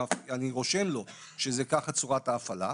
אני רושם לו שזאת צורת ההפעלה.